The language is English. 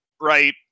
right